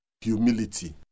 humility